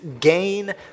gain